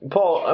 Paul